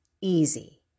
easy